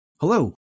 Hello